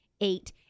eight